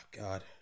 God